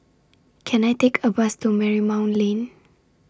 Can I Take A Bus to Marymount Lane